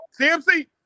CMC